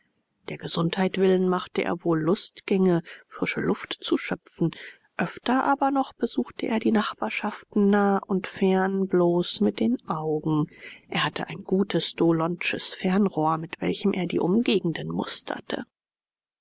der gesundheit willen machte er wohl lustgänge frische luft zu schöpfen öfter aber noch besuchte er die nachbarschaften nah und fern bloß mit den augen er hatte ein gutes dollondsches fernrohr mit welchem er die umgegenden musterte